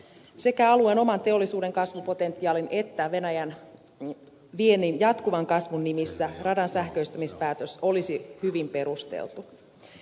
sekä alueen oman teollisuuden kasvupotentiaalin että venäjän viennin jatkuvan kasvun nimissä radan sähköistämispäätös olisi hyvin perusteltu